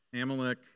Amalek